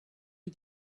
you